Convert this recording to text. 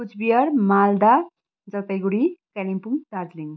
Cooch Behar Malda Jalpaiguri Kalimpong Darjeeling